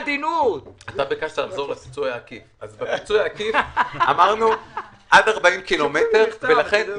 אתה ביקשת לחזור לפיצוי העקיף אז בפיצוי העקיף אמרנו עד 40 ק"מ ולכן,